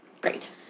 Great